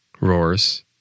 roars